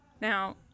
Now